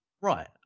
right